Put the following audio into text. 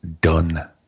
done